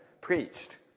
preached